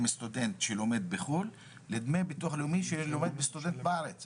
סטודנט שלומד בחו"ל לדמי ביטוח לאומי של סטודנט שלומד בארץ.